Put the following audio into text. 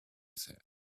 said